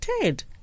Ted